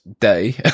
day